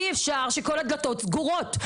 אי אפשר שכל הדלתות סגורות,